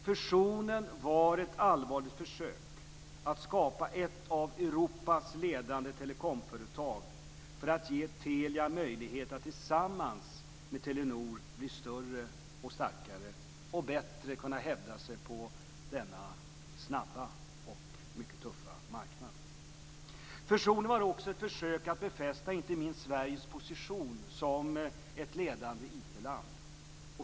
Fusionen var ett allvarligt försök att skapa ett av Europas ledande telekomföretag för att ge Telia möjligheter att tillsammans med Telenor bli större och starkare och bättre kunna hävda sig på denna snabba och mycket tuffa marknad. Fusionen var också ett försök att befästa inte minst Sveriges position som ett ledande IT-land.